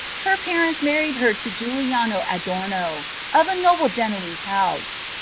her parents married her to giuliano adomo, of a noble genoese house.